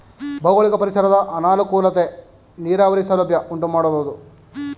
ಭೌಗೋಳಿಕ ಪರಿಸರದ ಅನಾನುಕೂಲತೆ ನೀರಾವರಿ ಸೌಲಭ್ಯ ಉಂಟುಮಾಡಬೋದು